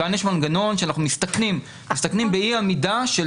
כאן יש מנגנון שאנחנו מסתכנים באי עמידה של